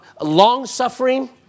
long-suffering